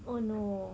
oh no